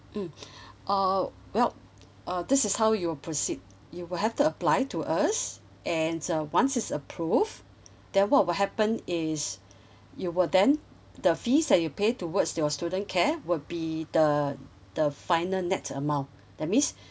mm uh well uh this is how you'll proceed you will have to apply to us and uh once it's approved then what will happen is you will then the fees that you pay towards your student care will be the the final net amount that means